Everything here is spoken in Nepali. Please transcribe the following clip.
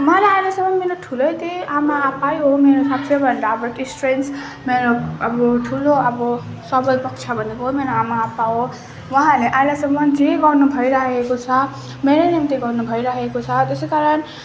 मलाई अहिलेसम्म मेरो ठुलो त्यही आमा आप्पा नै हो मेरो सबसे भन्दा अब स्ट्रेन्थ मेरो अब ठुलो अब सबल पक्ष भनेको मेरो आमा आप्पा हो उहाँहरूले अहिलेसम्म जे गर्नु भइरहेको छ मेरै निम्ति गर्नु भइरहेको छ त्यसैकारण